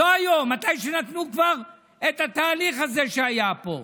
לא היום, כשכבר נתנו את התהליך הזה שהיה פה,